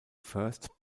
first